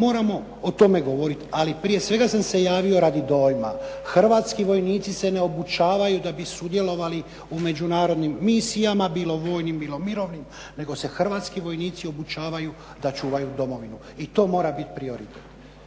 moramo o tome govoriti, ali prije svega sam se javio radi dojma. Hrvatski vojnici se ne obučavaju da bi sudjelovali u međunarodnim misijama, bilo vojnim, bilo mirovnim nego se hrvatski vojnici obučavaju da čuvaju domovinu i to mora biti prioritet.